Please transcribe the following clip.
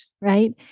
right